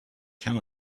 can